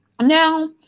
Now